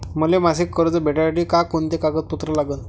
मले मासिक कर्ज भेटासाठी का कुंते कागदपत्र लागन?